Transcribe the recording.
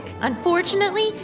Unfortunately